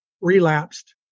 relapsed